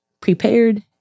prepared